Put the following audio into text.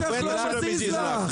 בטח לא מזיז לך,